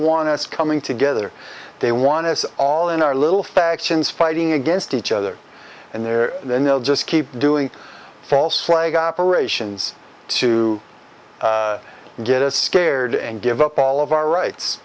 is coming together they want us all in our little factions fighting against each other and they're then they'll just keep doing false flag operations to get as scared and give up all of our rights